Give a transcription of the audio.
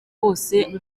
bose